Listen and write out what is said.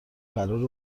قراره